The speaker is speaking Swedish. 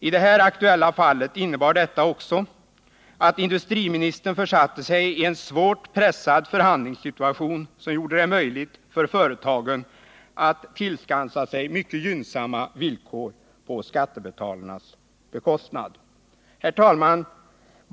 I det här aktuella fallet innebar detta också att industriministern försatte sig i en svårt pressad förhandlingssituation som gjorde det möjligt för företagen att tillskansa sig mycket gynnsamma villkor på skattebetalarnas bekostnad. Herr talman!